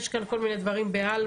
יש כאן כל מיני דברים בעלמא.